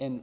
and